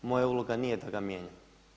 Moja uloga nije da ga mijenjam.